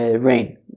rain